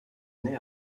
naît